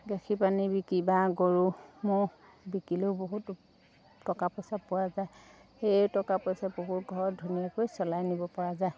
গাখীৰ পানী বিকি বা গৰু ম'হ বিকিলেও বহুত টকা পইচা পোৱা যায় সেয়ে টকা পইচা বহুত ঘৰত ধুনীয়াকৈ চলাই নিব পৰা যায়